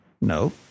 No